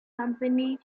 company